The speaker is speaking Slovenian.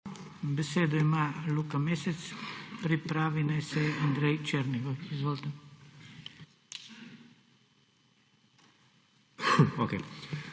Besedo ima Luka Mesec. Pripravi naj se Andrej Černigoj. Izvolite.